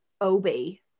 obi